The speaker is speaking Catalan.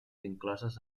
incloses